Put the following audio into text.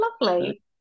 Lovely